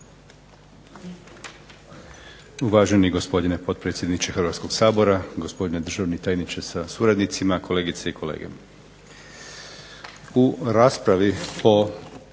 Uvaženi gospodine potpredsjedniče Hrvatskog sabora, gospodine državni tajniče sa suradnicima, kolegice i kolege.